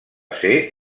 ser